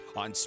on